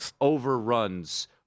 overruns